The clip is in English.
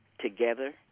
together